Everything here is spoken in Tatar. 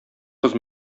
кыз